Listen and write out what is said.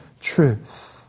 truth